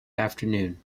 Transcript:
afternoon